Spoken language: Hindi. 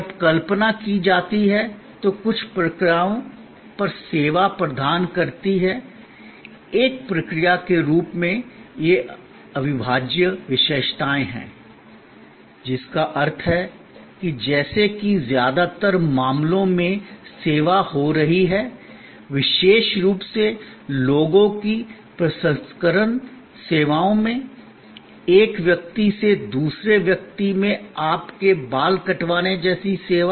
जब कल्पना की जाती है तो कुछ प्रक्रियाओं पर सेवा प्रदान करती है एक प्रक्रिया के रूप में यह अविभाज्य विशेषताएं हैं जिसका अर्थ है कि जैसे कि ज्यादातर मामलों में सेवा हो रही है विशेष रूप से लोगों की प्रसंस्करण सेवाओं में एक व्यक्ति से दूसरे व्यक्ति में आपके बाल कटवाने जैसी सेवा